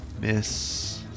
miss